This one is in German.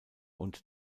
und